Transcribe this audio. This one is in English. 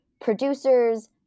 producers